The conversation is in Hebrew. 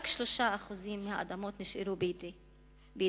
רק 3% מהאדמות נשארו בידינו.